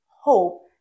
hope